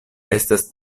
estas